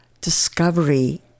discovery